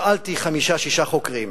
שאלתי חמישה-שישה חוקרים